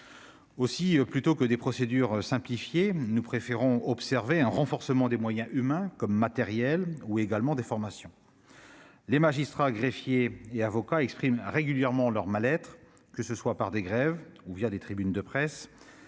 Aussi, à des procédures simplifiées, nous préférons un renforcement des moyens, humains comme matériels, et des formations. Les magistrats, greffiers et avocats expriment régulièrement leur mal-être, par des grèves ou des tribunes de presse